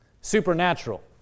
Supernatural